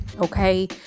Okay